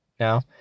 now